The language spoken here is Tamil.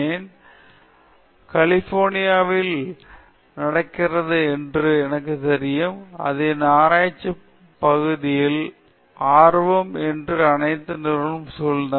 எனவே இது கலிபோர்னியாவில் நடக்கிறது என்று எனக்கு தெரியும் அது என் ஆராய்ச்சி பகுதியில் ஆர்வம் என்று அனைத்து நிறுவனங்கள் சூழப்பட்டுள்ளது